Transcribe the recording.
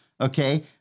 Okay